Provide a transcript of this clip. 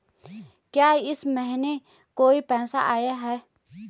क्या इस महीने कोई पैसा आया है?